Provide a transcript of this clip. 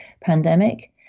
pandemic